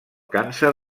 càncer